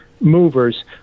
movers